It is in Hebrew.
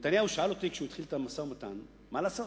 כשנתניהו התחיל את המשא-ומתן הוא שאל אותי: מה לעשות?